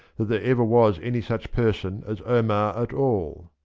that there ever was any such person as omar at all.